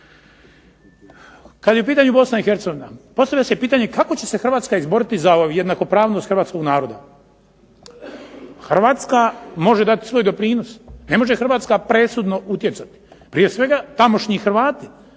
Kada je u pitanju Bosna i Hercegovina postavlja se pitanje kako će se Hrvatska izboriti za jednakopravnost Hrvatskog naroda. Hrvatska može dati svoj doprinos, ne može Hrvatska presudno utjecati. Prije svega tamošnji Hrvati